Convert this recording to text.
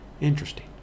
Interesting